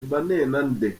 mbanenande